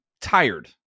tired